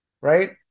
right